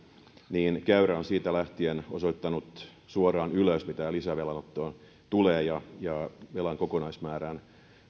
niin käyrä on siitä lähtien osoittanut suoraan ylös mitä lisävelanottoon tulee ja velan kokonaismäärään